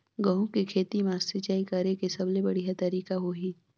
गंहू के खेती मां सिंचाई करेके सबले बढ़िया तरीका होही?